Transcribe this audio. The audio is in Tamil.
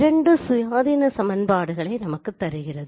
இரண்டு சுயாதீன சமன்பாடுகளை நமக்கு தருகிறது